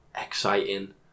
exciting